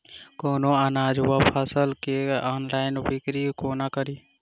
कोनों अनाज वा फसल केँ ऑनलाइन बिक्री कोना कड़ी?